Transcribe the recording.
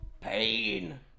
Pain